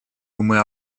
умы